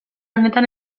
honetan